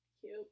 Cute